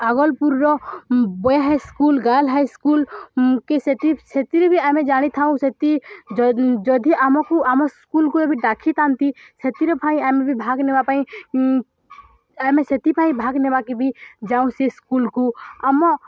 ଆଗଲ୍ପୁର୍ର boy high school girl high school କି ସେଥି ସେଥିରେ ବି ଆମେ ଜାଣିଥାଉ ସେତି ଯଦି ଯଦି ଆମକୁ ଆମ ସ୍କୁଲ୍କୁ ଏବେ ଡ଼ାକିଥାନ୍ତି ସେଥିର୍ ପାଇଁ ଆମେ ବି ଭାଗ ନେବା ପାଇଁ ଆମେ ସେଥିପାଇଁ ଭାଗ ନେବାକେ ବି ଯାଉ ସେ ସ୍କୁଲ୍କୁ ଆମ